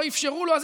לא אפשרו לו.